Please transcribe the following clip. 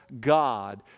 God